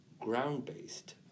ground-based